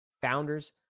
Founders